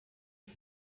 ich